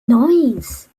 noise